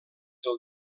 del